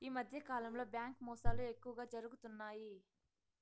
ఈ మధ్యకాలంలో బ్యాంకు మోసాలు ఎక్కువగా జరుగుతున్నాయి